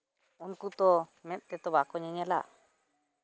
ᱩᱱᱠᱩ ᱛᱚ ᱢᱮᱫ ᱛᱮᱛᱚ ᱵᱟᱠᱚ ᱧᱮᱧᱮᱞᱟ